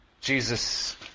Jesus